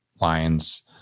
lions